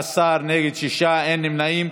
בעד, 16, נגד, 6, אין נמנעים,